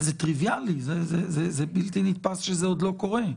זה טריוויאלי, זה בלתי נתפס שזה עוד לא קורה.